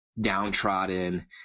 downtrodden